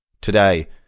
Today